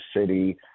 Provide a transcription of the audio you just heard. city